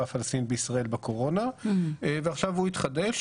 הפלסטינית בישראל בקורונה ועכשיו הוא יתחדש.